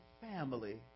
family